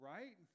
Right